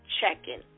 checking